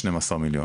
12 מיליון.